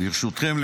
ברשותכם,